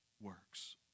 works